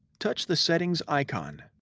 touch the settings icon.